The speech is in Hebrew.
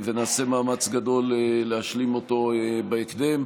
ונעשה מאמץ גדול להשלים אותו בהקדם.